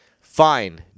Fine